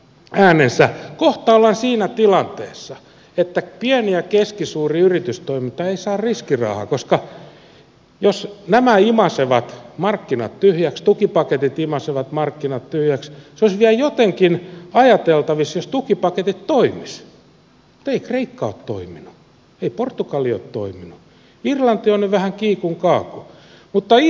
kohta ollaan siinä tilanteessa että pieni ja keskisuuri yritystoiminta eivät saa riskirahaa koska jos nämä tukipaketit imaisevat markkinat tyhjäksi se olisi vielä jotenkin ajateltavissa jos tukipaketit toimisivat mutta ennen kristusta ikka ole toiminut ei portugali ole toiminut irlanti on nyt vähän kiikun kaakun mutta islannissa olisi malli